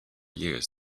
years